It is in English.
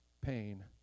pain